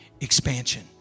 expansion